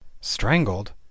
Strangled